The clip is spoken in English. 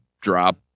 drop